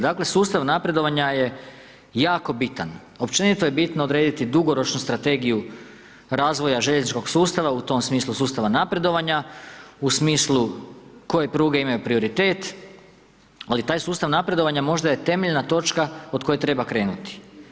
Dakle sustav napredovanja je jako bitan, općenito je bitno odrediti dugoročnu strategiju razvoja željezničkog sustava u tom sustava napredovanja, u smislu koje pruge imaju prioritet, ali taj sustav napredovanja možda je temeljna točka od koje treba krenuti.